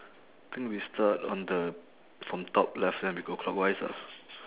think we start on the from top left then we go clockwise ah